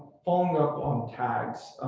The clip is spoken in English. following up on tags,